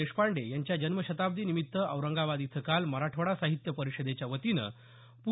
देशपांडे यांच्या जन्मशताब्दी निमित्त औरंगाबाद इथं काल मराठवाडा साहित्य परिषदेच्या वतीनं प्